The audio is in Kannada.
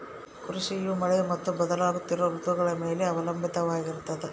ಕೃಷಿಯು ಮಳೆ ಮತ್ತು ಬದಲಾಗುತ್ತಿರೋ ಋತುಗಳ ಮ್ಯಾಲೆ ಅವಲಂಬಿತವಾಗಿರ್ತದ